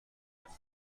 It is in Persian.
برایم